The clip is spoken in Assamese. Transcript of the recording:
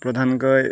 প্ৰধানকৈ